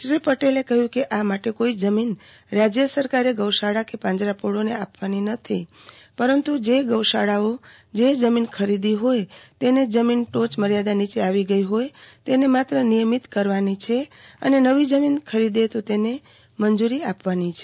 શ્રી પટેલે કહ્યું કે આ માટે કોઈ જમીન રાજય સરકારે ગૌશાળા કે પાંજરાપોળોને આપવાની નથી પરંતુ જે ગૌશાળાઓ જે જમીન ખરીદી હોય એને જમીન ટોચ મર્યાદા નીચે આવી ગઈ હોય તેને માત્ર નિયમિત્ત જ કરવાની છે અને નવી જમીન ખરીદે તો એને મંજૂરી આપવાની છે